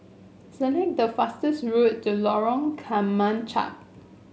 select the fastest road to Lorong Kemunchup